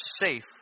safe